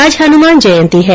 आज हनुमान जयंती है